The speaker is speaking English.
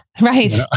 right